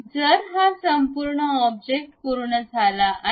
तर हा संपूर्ण ऑब्जेक्ट पूर्ण झाला आहे